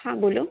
હા બોલો